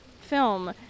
film